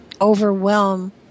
overwhelm